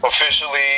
officially